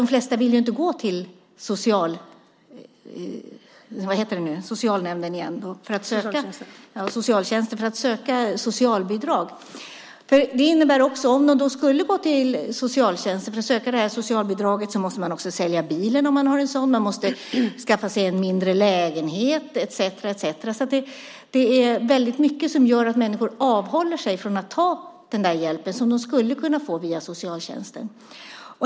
De flesta vill ju inte gå till socialtjänsten för att söka socialbidrag. Det innebär också att om de skulle gå till socialtjänsten och söka socialbidraget så måste de också sälja bilen om de har en sådan, skaffa en mindre lägenhet etcetera. Det är alltså väldigt mycket som gör att människor avhåller sig från att ta den hjälp som de skulle kunna få via socialtjänsten.